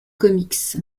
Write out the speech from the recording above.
comics